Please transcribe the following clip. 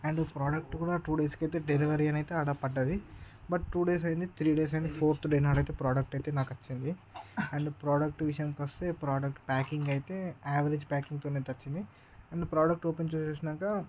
and product కూడా two డేస్కి అయితే డెలివరీ అయితే ఆడ పడ్డది బట్ టూ డేస్ అయింది త్రీ డేస్ అయింది ఫోర్త్ డే అయితే అండ్ ప్రోడక్ట్ అయితే నాకు వచ్చింది అండ్ ప్రోడక్ట్ విషయానికి వస్తే ప్రోడక్ట్ ప్యాకింగ్ అయితే యావరేజ్ ప్యాకింగ్తో అయితే వచ్చింది అండ్ ప్రోడక్ట్ ఓపెన్ చేసేసినాక